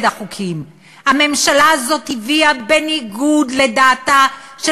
הנקודה הראשונה היא שצריך גם להתחיל לתקן את